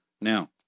Now